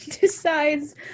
decides